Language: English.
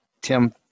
Tim